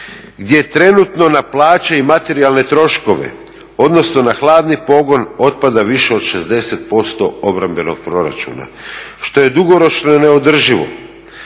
gdje trenutno na plaće i materijalne troškove, odnosno na hladni pogon otpada više od 60% obrambenog proračuna što je dugoročno neodrživo,